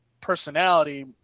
personality